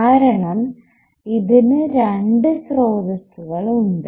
കാരണം ഇതിനു രണ്ടു സ്രോതസ്സുകൾ ഉണ്ട്